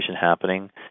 happening